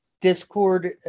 Discord